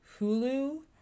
Hulu